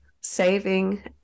saving